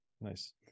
Nice